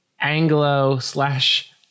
Anglo-slash-